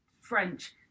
French